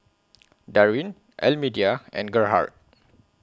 Darrin Almedia and Gerhard